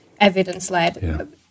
evidence-led